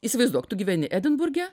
įsivaizduok tu gyveni edinburge